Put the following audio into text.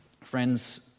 friends